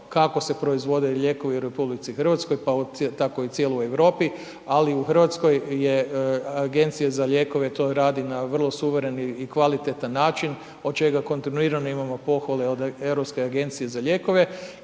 kako se proizvode lijekovi u Republici Hrvatskoj pa tako i u cijeloj Europi, ali u Hrvatskoj je Agencija za lijekove to radi na vrlo suvereni i kvalitetan način od čega kontinuirano imamo pohvale od Europske agencije za lijekove,